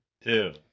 Two